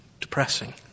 depressing